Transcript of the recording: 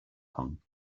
kong